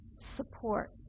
support